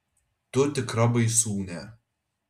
tu tikra baisūnė